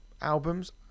albums